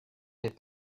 est